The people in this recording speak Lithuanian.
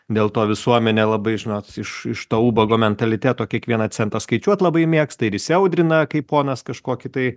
dėl to visuomenė nelabai žinot iš iš to ubago mentaliteto kiekvieną centą skaičiuot labai mėgsta ir įsiaudrina kai ponas kažkokį tai